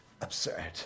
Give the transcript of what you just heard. Absurd